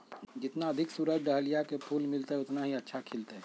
जितना अधिक सूरज डाहलिया के फूल मिलतय, उतना ही अच्छा खिलतय